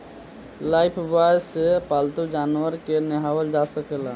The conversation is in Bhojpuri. लाइफब्वाय से पाल्तू जानवर के नेहावल जा सकेला